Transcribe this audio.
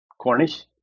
Cornish